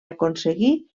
aconseguir